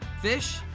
fish